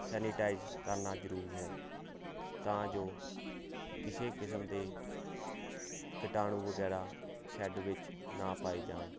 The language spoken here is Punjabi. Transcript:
ਸੈਨੀਟਾਈਜ ਕਰਨਾ ਜਰੂਰੀ ਹੈ ਤਾਂ ਜੋ ਕਿਸੇ ਕਿਸਮ ਦੇ ਕਿਟਾਣੂ ਵਗੈਰਾ ਸ਼ੈਡ ਵਿੱਚ ਨਾ ਪਾਏ ਜਾਣ